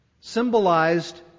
symbolized